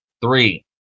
Three